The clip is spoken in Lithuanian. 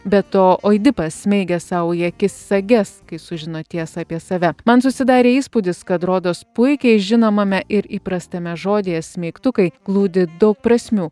be to oidipas smeigia sau į akis sages kai sužino tiesą apie save man susidarė įspūdis kad rodos puikiai žinomame ir įprastame žodyje smeigtukai glūdi daug prasmių